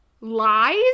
Lies